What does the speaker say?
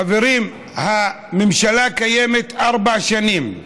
חברים, הממשלה קיימת ארבע שנים.